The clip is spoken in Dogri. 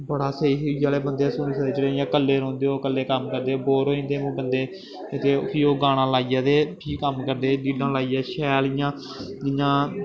बड़ा स्हेई हा जिसलै बंदे सुनी सकदे जेह्ड़े इ'यां कल्ले रौंह्दे ओह् कल्ले कम्म करदे बोर होई जंदे ओह् बंदे ते फ्ही ओह् गाना लाइयै ते फ्ही कम्म करदे लीडां लाइयै शैल इ'यां इ'यां